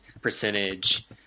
percentage